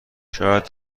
شاید